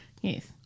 Yes